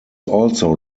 also